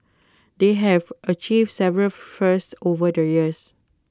they have achieved several firsts over the years